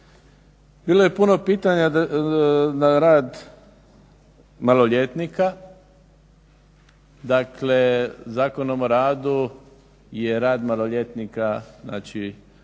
Bilo je puno pitanja na rad maloljetnika, dakle Zakonom o radu je rad maloljetnika, znači